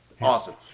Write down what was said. awesome